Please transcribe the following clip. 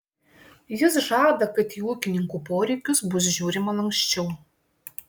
jis žada kad į ūkininkų poreikius bus žiūrima lanksčiau